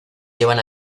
llevan